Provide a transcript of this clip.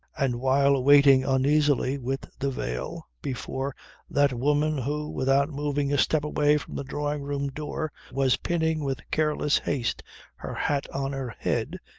and while waiting uneasily, with the veil, before that woman who, without moving a step away from the drawing room door was pinning with careless haste her hat on her head,